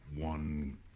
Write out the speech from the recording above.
one